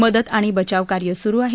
मदत आणि बचावकार्य सुरु आहे